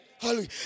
Hallelujah